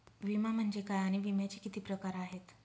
विमा म्हणजे काय आणि विम्याचे किती प्रकार आहेत?